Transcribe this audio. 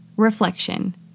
Reflection